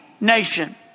nation